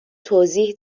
توضیح